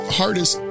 hardest